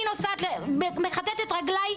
אני נוסעת מכתת רגליי,